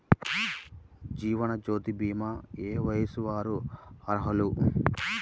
జీవనజ్యోతి భీమా ఏ వయస్సు వారు అర్హులు?